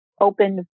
opened